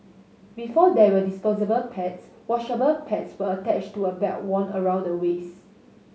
before there were disposable pads washable pads were attached to a belt worn around the waist